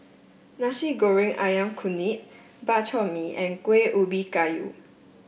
Nasi Goreng ayam Kunyit Bak Chor Mee and Kueh Ubi Kayu